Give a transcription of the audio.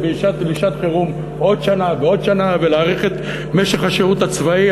לשעת-חירום עוד שנה ועוד שנה ולהאריך את משך השירות הצבאי.